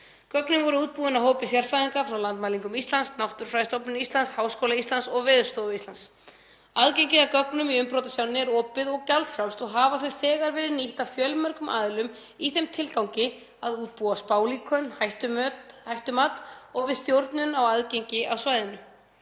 Gögnin voru útbúin af hópi sérfræðinga frá Landmælingum Íslands, Náttúrufræðistofnun Íslands, Háskóla Íslands og Veðurstofu Íslands. Aðgengi að gögnum í umbrotasjánni er opið og gjaldfrjálst og hafa þau þegar verið nýtt af fjölmörgum aðilum í þeim tilgangi að útbúa spálíkön, hættumat og nýtt við stjórnun á aðgengi að svæðinu.